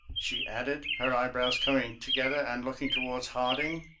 she added, her eyebrows coming together and looking toward harding,